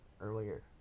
earlier